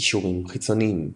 קישורים חיצוניים